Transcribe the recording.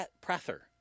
Prather